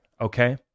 Okay